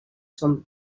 són